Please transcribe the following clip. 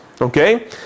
okay